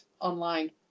online